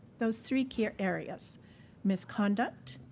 those three key areas misconduct,